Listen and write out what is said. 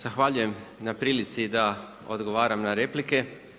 Zahvaljujem na prilici da odgovaram na replike.